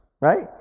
right